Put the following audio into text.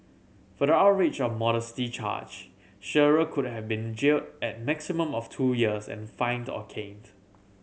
for the outrage of modesty charge Shearer could have been jailed a maximum of two years and fined or caned